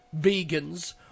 vegans